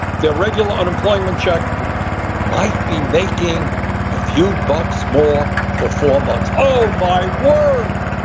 their regular unemployment check might be making a few bucks more for four months. oh, my word.